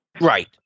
Right